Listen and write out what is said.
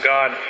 God